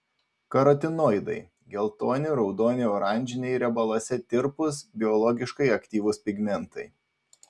karotinoidai geltoni raudoni oranžiniai riebaluose tirpūs biologiškai aktyvūs pigmentai